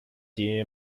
die